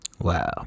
wow